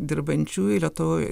dirbančiųjų lietuvoj